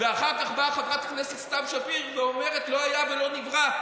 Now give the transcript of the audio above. ואחר כך באה חברת הכנסת סתיו שפיר ואומרת: לא היה ולא נברא.